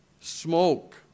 smoke